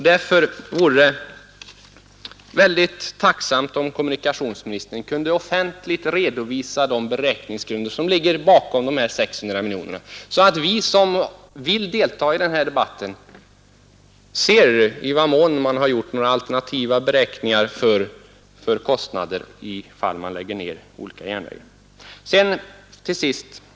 Därför vore det mycket tacknämligt om kommunikationsministern kunde offentligt redovisa de beräkningsgrunder som ligger bakom de här 600 miljonerna, så att vi som vill delta i denna debatt ser i vad mån man har gjort några alternativa beräkningar för kostnader i de fall då man lägger ned olika järnvägar. Fru talman!